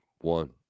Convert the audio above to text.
one